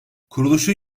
kuruluşun